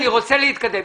אני רוצה להתקדם.